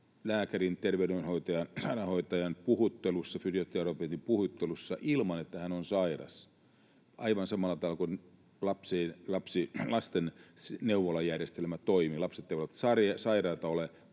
lääkärin, terveydenhoitajan, sairaanhoitajan tai fysioterapeutin puhuttelussa ilman, että hän on sairas, aivan samalla tavalla kuin lastenneuvolajärjestelmä toimii. Lapset eivät sairaita ole,